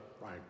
Right